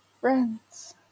Friends